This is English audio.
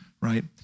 right